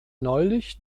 neulich